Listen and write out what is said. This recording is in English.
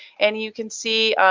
and you can see,